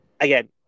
again